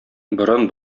борын